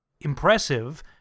impressive